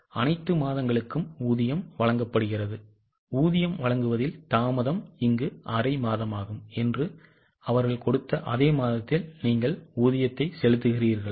அனைத்து மாதங்களுக்கும் ஊதியம் வழங்கப்படுகிறது ஊதியம் வழங்குவதில் தாமதம் அரை மாதமாகும் என்று அவர்கள் கொடுத்த அதே மாதத்தில் நீங்கள் ஊதியத்தை செலுத்துகிறீர்களா